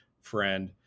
friend